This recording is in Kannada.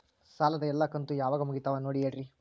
ಸಾಲದ ಎಲ್ಲಾ ಕಂತು ಯಾವಾಗ ಮುಗಿತಾವ ನೋಡಿ ಹೇಳ್ರಿ